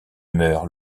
meurt